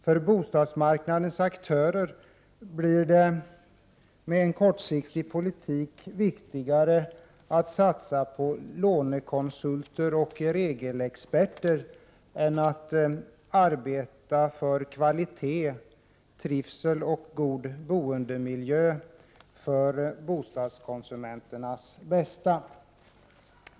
För bostadsmarknadens aktörer blir det med en kortsiktig politik viktigare att satsa på lånekonsulter och regelexperter än att arbeta för kvalitet, trivsel och god boendemiljö för bostadskonsumenternas bästa.